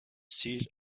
seat